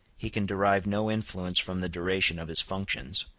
he can derive no influence from the duration of his functions,